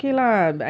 ya